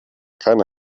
keine